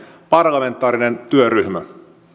parlamentaarinen työryhmä